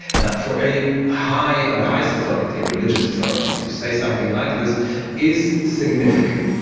now for a high, highest authority, religious authority to say something like this is significant.